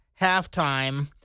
halftime